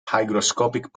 hygroscopic